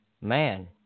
man